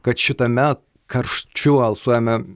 kad šitame karščiu alsuojame